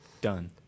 Done